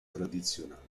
tradizionali